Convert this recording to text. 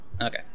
Okay